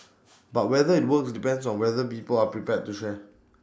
but whether IT works depends on whether people are prepared to share